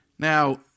Now